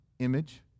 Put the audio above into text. image